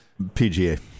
PGA